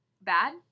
Bad